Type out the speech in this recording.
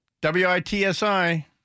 W-I-T-S-I